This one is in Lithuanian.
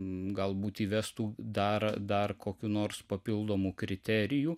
galbūt įvestų dar dar kokių nors papildomų kriterijų